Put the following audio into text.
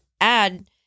add